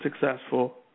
successful